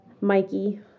Mikey